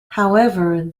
however